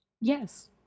yes